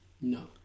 No